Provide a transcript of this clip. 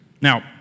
Now